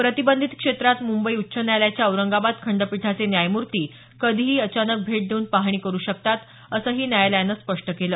प्रतिबंधित क्षेत्रात मुंबई उच्च न्यायालयाच्या औरंगाबाद खंडपीठाचे न्यायमूर्ती कधीही अचानक भेट देऊन पाहणी करु शकतात असंही न्यायालयानं स्पष्ट केलं